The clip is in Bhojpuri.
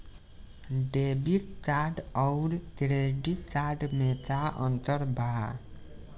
डेबिट कार्ड आउर क्रेडिट कार्ड मे का अंतर बा?